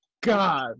God